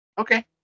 Okay